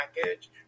package